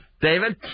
David